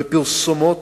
בפרסומות,